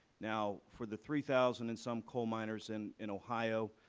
now, for the three thousand and some coal miners and in ohio,